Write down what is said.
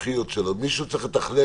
אבל עדיין צריך איזשהו שר,